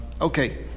Okay